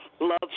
Love